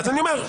בסדר.